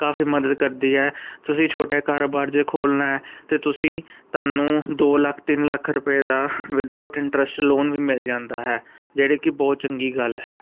ਕਾਫੀ ਮਦਦ ਕਰਦੇ ਹੈ ਤੁਸੀਂ ਛੋਟੇ ਕਾਰੋਬਾਰ ਜੇ ਖੋਲਣਾ ਤੇ ਤੁਸੀਂ ਤੁਹਾਨੂੰ ਦੋ ਲੱਖ ਤਿੰਨ ਲੱਖ ਰੁਪਏ ਦਾ ਵਿਦਆਊਟ ਇੰਟਰਸਟ ਲੋਨ ਵੀ ਮਿਲ ਜਾਂਦਾ ਹੈ ਜਿਹੜੇ ਕਿ ਬਹੁਤ ਚੰਗੀ ਗੱਲ ਹੈ